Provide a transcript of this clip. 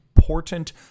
important